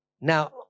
Now